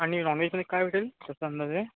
आणि नॉनवेजमध्ये काय भेटेल तसं अंदाजे